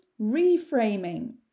reframing